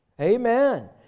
Amen